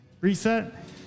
Reset